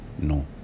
no